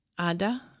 Ada